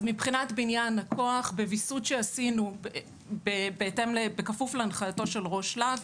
אז מבחינת בניין הכוח בוויסות שעשינו בכפוף להנחייתו של ראש "להב",